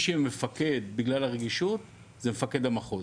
שיהיה מפקד בגלל הרגישות זה מפקד המחוז.